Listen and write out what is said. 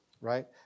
right